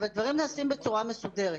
הרי הדברים נעשים בצורה מסודרת.